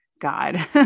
God